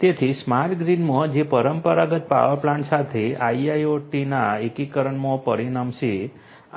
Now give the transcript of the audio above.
તેથી સ્માર્ટ ગ્રીડમાં જે પરંપરાગત પાવર પ્લાન્ટ સાથે IIoTના એકીકરણમાં પરિણમશે